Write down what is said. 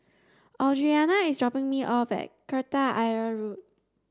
Audriana is dropping me off at Kreta Ayer Road